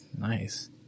Nice